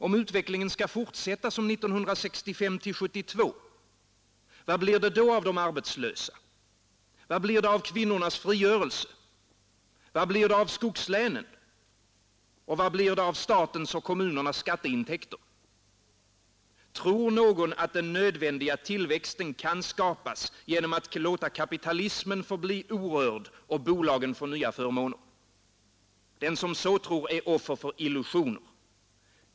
Om utvecklingen skall fortsätta som 1965—1972, vad blir det då av de arbetslösa, vad blir det av kvinnornas frigörelse, vad blir det av skogslänen och vad blir det av statens och kommunernas skatteintäkter? Tror någon att den nödvändiga tillväxten kan skapas genom att låta kapitalismen förbli orörd och bolagen få nya förmåner? Den som så tror är offer för illusioner.